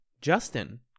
Justin